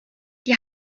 die